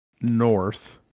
north